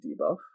debuff